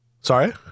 Sorry